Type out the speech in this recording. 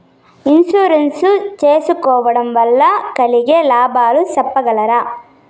Insurance సేసుకోవడం వల్ల కలిగే లాభాలు సెప్పగలరా?